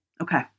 Okay